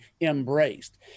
embraced